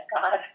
God